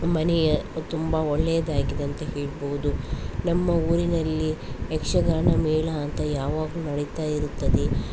ಮನೆಯ ತುಂಬ ಒಳ್ಳೆದಾಗಿದೆ ಅಂತ ಹೇಳ್ಬೋದು ನಮ್ಮ ಊರಿನಲ್ಲಿ ಯಕ್ಷಗಾನ ಮೇಳ ಅಂತ ಯಾವಾಗಲು ನಡಿತಾ ಇರುತ್ತದೆ